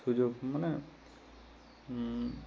ସୁଯୋଗ ମାନେ